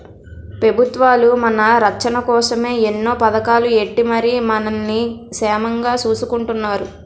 పెబుత్వాలు మన రచ్చన కోసమే ఎన్నో పదకాలు ఎట్టి మరి మనల్ని సేమంగా సూసుకుంటున్నాయి